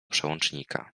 przełącznika